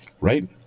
right